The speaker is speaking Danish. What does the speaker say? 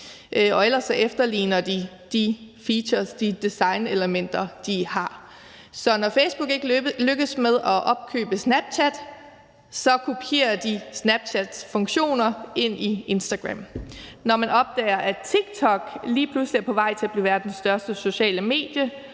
de features eller designelementer, de har. Så når Facebook ikke lykkes med at opkøbe Snapchat, kopierer de Snapchats funktioner ind i Instagram. Når man opdager, at TikTok lige pludselig er på vej til at blive verdens største sociale medie,